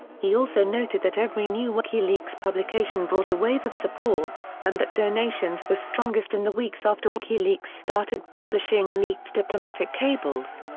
he also noted that every new wikileaks publication brought a wave of support, and that donations were strongest in the weeks after wikileaks started publishing leaked diplomatic cables.